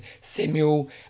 Samuel